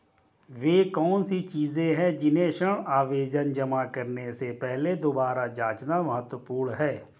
वे कौन सी चीजें हैं जिन्हें ऋण आवेदन जमा करने से पहले दोबारा जांचना महत्वपूर्ण है?